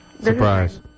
Surprise